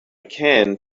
can